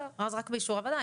רק באישור הוועדה,